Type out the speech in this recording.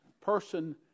person